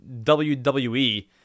WWE